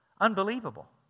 unbelievable